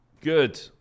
Good